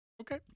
Okay